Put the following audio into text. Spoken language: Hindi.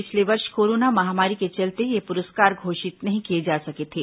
पिछले वर्ष कोरोना महामारी के चलते ये पुरस्कार घोषित नहीं किए जा सके थे